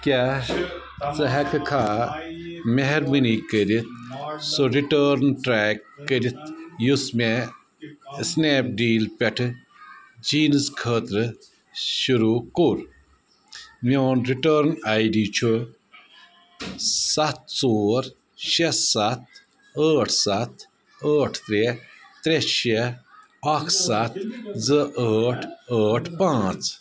کیٛاہ ژٕ ہیٚکہِ کھا مہربٲنی کٔرتھ سُہ رِٹٲرٕن ٹرٛیک کٔرتھ یس مےٚ سٕنیپ ڈیل پؠٹھ چیٖنَس خٲطرٕ شروٗع کوٚر میٛون رِٹٲرٕن آے ڈی چھُ سَتھ ژور شےٚ سَتھ ٲٹھ سَتھ ٲٹھ ترٛےٚ ترٛےٚ شےٚ اکھ سَتھ زٕ ٲٹھ ٲٹھ پانٛژھ